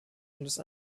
des